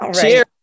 Cheers